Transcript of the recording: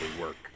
work